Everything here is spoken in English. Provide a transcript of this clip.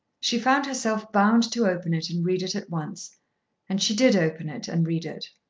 she found herself bound to open it and read it at once and she did open it and read it.